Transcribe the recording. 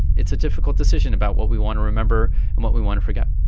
it's a difficult decision about what we want to remember and what we want to forget.